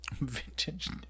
Vintage